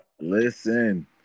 listen